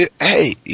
Hey